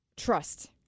Trust